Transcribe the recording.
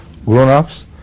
grown-ups